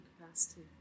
capacity